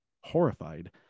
horrified